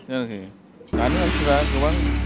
आरोखि दानि मानसिफोरा गोबां